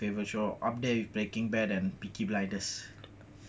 favourite show after that is breaking bad and peaky blinders